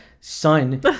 son